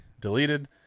deleted